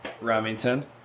Remington